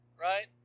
right